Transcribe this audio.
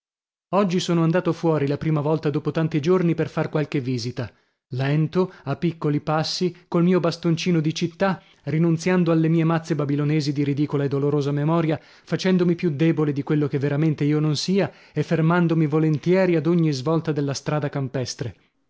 oggi sono andato fuori la prima volta dopo tanti giorni per far qualche visita lento a piccoli passi col mio bastoncino di città rinunziando alle mie mazze babilonesi di ridicola e dolorosa memoria facendomi più debole di quello che veramente io non sia e fermandomi volentieri ad ogni svolta della strada campestre